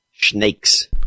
Snakes